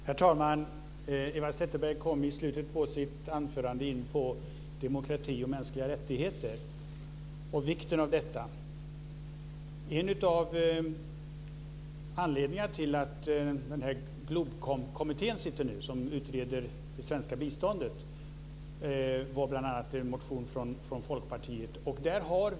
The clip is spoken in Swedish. Herr talman! Eva Zetterberg kom i slutet av sitt anförande in på demokrati och mänskliga rättigheter samt vikten av detta. Det är en av anledningarna till att kommittén GLOBKOM nu utreder det svenska biståndet och bl.a. en motion från Folkpartiet.